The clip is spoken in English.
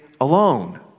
alone